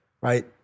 right